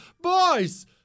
boys